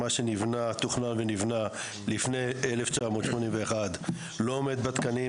מה שתוכנן ונבנה לפני 1981 לא עומד בתקנים,